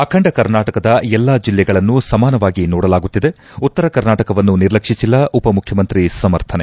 ಅಖಂಡ ಕರ್ನಾಟಕದ ಎಲ್ಲಾ ಜಿಲ್ಲೆಗಳನ್ನೂ ಸಮಾನವಾಗಿ ನೋಡಲಾಗುತ್ತಿದೆ ಉತ್ತರ ಕರ್ನಾಟಕವನ್ನು ನಿರ್ಲಕ್ಷಿಸಿಲ್ಲ ಉಪಮುಖ್ರಮಂತ್ರಿ ಸಮರ್ಥನೆ